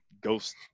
ghost